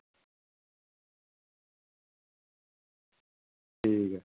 ठीक ऐ